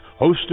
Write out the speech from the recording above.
hosted